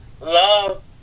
Love